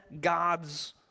God's